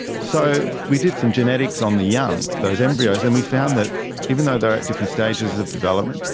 so we did some genetics on the young, those embryos, and we found that even though they were at different stages of development,